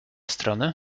strony